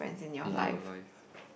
in your life